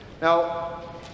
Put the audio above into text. Now